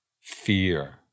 Fear